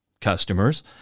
customers